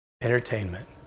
Entertainment